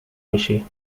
میشی